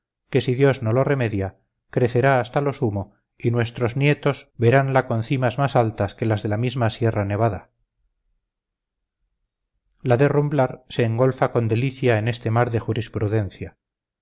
que si dios no lo remedia crecerá hasta lo sumo y nuestros nietos veranla con cimas más altas que las de la misma sierra nevada la de rumblar se engolfa con delicia en este mar de jurisprudencia